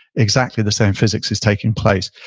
exactly the same physics is taking place.